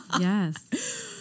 Yes